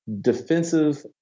defensive